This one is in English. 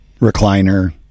recliner